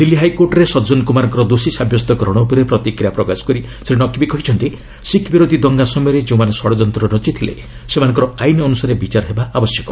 ଦିଲ୍ଲୀ ହାଇକୋର୍ଟରେ ସଜନ କୁମାରଙ୍କ ଦୋଷୀ ସାବ୍ୟସ୍ତକରଣ ଉପରେ ପ୍ରତିକ୍ରିୟା ପ୍ରକାଶ କରି ଶ୍ରୀ ନକ୍ବି କହିଛନ୍ତି ଶିଖ୍ ବିରୋଧୀ ଦଙ୍ଗା ସମୟରେ ଯେଉଁମାନେ ଷଡ଼ଯନ୍ତ୍ର ରଚିଥିଲେ ସେମାନଙ୍କର ଆଇନ ଅନୁସାରେ ବିଚାର ହେବା ଆବଶ୍ୟକ